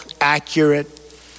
accurate